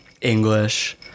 English